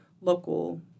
local